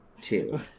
two